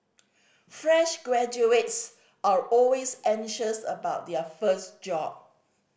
fresh graduates are always anxious about their first job